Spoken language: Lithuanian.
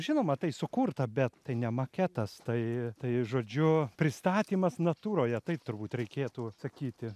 žinoma tai sukurta bet tai ne maketas tai tai žodžiu pristatymas natūroje taip turbūt reikėtų sakyti